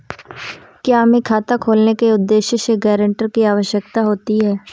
क्या हमें खाता खुलवाने के उद्देश्य से गैरेंटर की आवश्यकता होती है?